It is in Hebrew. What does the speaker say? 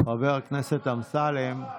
חבר הכנסת אמסלם,